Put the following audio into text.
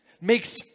makes